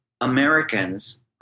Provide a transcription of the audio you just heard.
Americans